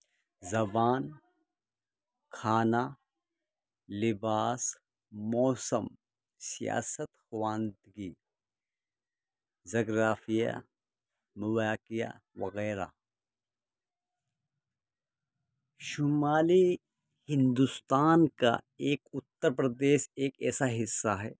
زبان کھانا لباس موسم سیاست خواندگی جگرافیہ مواقعہ وغیرہ شمالی ہندوستان کا ایک اتر پردیس ایک ایسا حصہ ہے